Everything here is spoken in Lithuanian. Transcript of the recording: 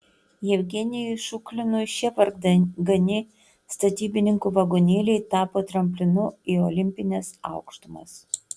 jevgenijui šuklinui šie vargani statybininkų vagonėliai tapo tramplinu į olimpines aukštumas